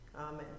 amen